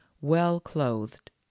well-clothed